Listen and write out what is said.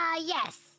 yes